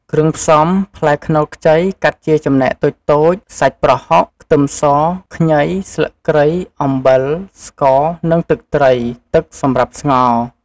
គ្រឿងផ្សំ ផ្លែខ្នុរខ្ចី កាត់ជាចំណែកតូចៗ សាច់ប្រហុក ខ្ទឹមស ខ្ញី ស្លឹកគ្រៃ អំបិល ស្ករ និងទឹកត្រី ទឹកសម្រាប់ស្ងោរ។